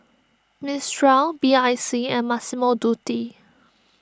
Mistral B I C and Massimo Dutti